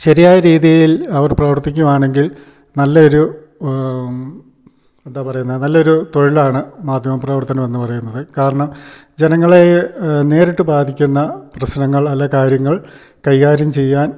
ശരിയായ രീതിയിൽ അവർ പ്രവർത്തിക്കുവാണെങ്കിൽ നല്ല ഒരു എന്താ പറയുന്നത് നല്ലൊരു തൊഴിലാണ് മാധ്യമപ്രവർത്തനം എന്ന് പറയുന്നത് കാരണം ജനങ്ങളെ നേരിട്ട് ബാധിക്കുന്ന പ്രശ്നങ്ങൾ അല്ല കാര്യങ്ങൾ കൈകാര്യം ചെയ്യാൻ